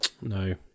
no